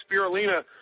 spirulina